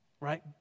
Right